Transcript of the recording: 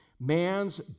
man's